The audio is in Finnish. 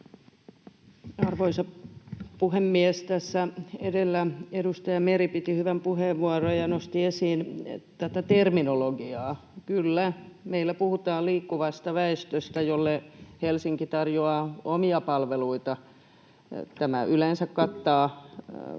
Arvoisa puhemies! Tässä edellä edustaja Meri piti hyvän puheenvuoron ja nosti esiin tätä terminologiaa. Kyllä, meillä puhutaan liikkuvasta väestöstä, jolle Helsinki tarjoaa omia palveluita. Tämä yleensä kattaa esimerkiksi